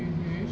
mmhmm